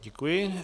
Děkuji.